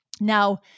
Now